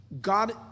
God